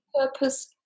purpose